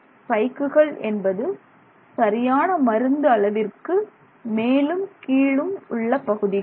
ஸ்பைக்குகள் என்பது சரியான மருந்து அளவிற்கு மேலும் கீழும் உள்ள பகுதிகள்